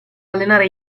allenare